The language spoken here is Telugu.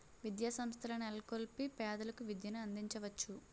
విద్యాసంస్థల నెలకొల్పి పేదలకు విద్యను అందించవచ్చు